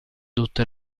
tutte